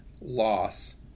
loss